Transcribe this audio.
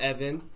Evan